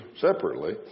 separately